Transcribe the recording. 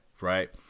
right